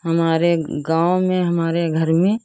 हमारे गाँव में हमारे घर में